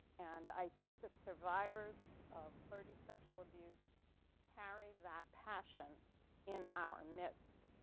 and i think that survivors of clergy sexual abuse carry that passion in our midst.